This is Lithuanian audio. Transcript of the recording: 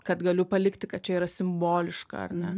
kad galiu palikti kad čia yra simboliška ar ne